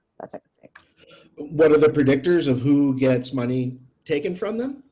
that's like that are the predictors of who gets money taken from them.